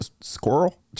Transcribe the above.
squirrel